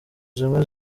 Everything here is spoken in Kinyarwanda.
zimwe